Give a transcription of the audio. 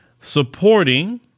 Supporting